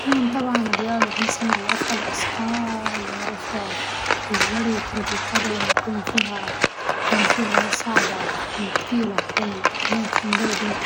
تكون رياضة طبعاً رفع الأسقال ورفع والجري وكرة القدم، يكون فيها يكون فيها صعبة وتكون تقيلة علينا ولكن برضه